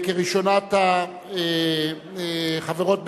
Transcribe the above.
ההסתייגויות כראשונת החברות בקדימה.